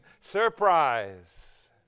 surprise